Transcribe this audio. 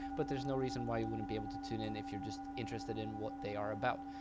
but there's no reason why you wouldn't be able to tune in if you're just interested in what they are about.